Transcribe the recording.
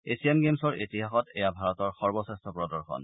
Asian গেম্ছৰ ইতিহাসত এয়া ভাৰতৰ সৰ্বশ্ৰেষ্ঠ প্ৰদৰ্শন